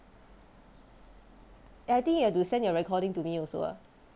eh I think you have to send your recording to me also ah